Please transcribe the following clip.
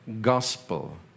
gospel